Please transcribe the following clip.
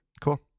Cool